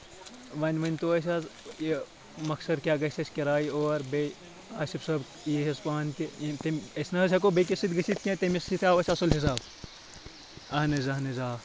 وَنۍ ؤنۍ تو أسۍ حظ یہِ مَقصد کیاہ گژھِ اَسہِ کِراے اور بیٚیہِ آسِف صٲب یہِ حظ پانہٕ تہِ أسۍ نہٕ حظ ہؠکو بیٚکِس سۭتۍ گٔژھِتھ کینٛہہ تٔمِس سۭتۍ ہاو أسۍ اَصٕل حِساب اہن حظ اہن حظ آ